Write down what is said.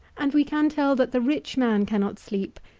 and we can tell that the rich man cannot sleep,